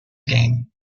game